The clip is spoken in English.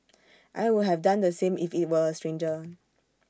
I would have done the same if IT were A stranger